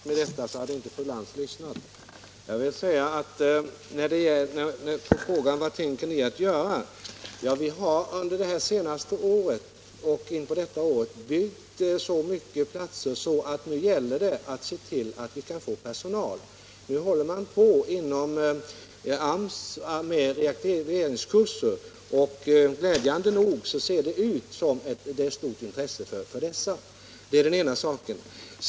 Herr talman! Även om jag hade kommit med sådana uppgifter så hade fru Lantz inte lyssnat. På frågan om vad vi tänker göra vill jag säga: Vi har under det föregående året och in på detta år byggt så många platser att det nu gäller att se till att det finns personal. AMS håller på med reaktiveringskurser, och glädjande nog ser det ut som att det är stort intresse för dem. Det är den ena saken.